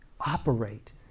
operate